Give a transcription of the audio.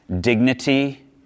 dignity